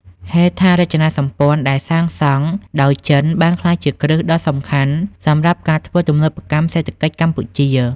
ហេដ្ឋារចនាសម្ព័ន្ធដែលសាងសង់ដោយចិនបានក្លាយជាគ្រឹះដ៏សំខាន់សម្រាប់ការធ្វើទំនើបកម្មសេដ្ឋកិច្ចកម្ពុជា។